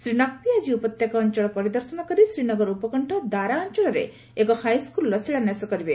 ଶ୍ରୀ ନକ୍ବି ଆଜି ଉପତ୍ୟକା ଅଞ୍ଚଳ ପରିଦର୍ଶନ କରି ଶ୍ରୀନଗର ଉପକଣ୍ଠ ଦାରା ଅଞ୍ଚଳରେ ଏକ ହାଇସ୍କୁଲ୍ର ଶିଳାନ୍ୟାସ କରିବେ